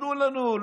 תנו לנו.